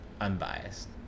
unbiased